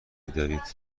دارید